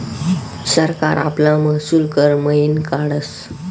सरकार आपला महसूल कर मयीन काढस